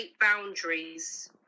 boundaries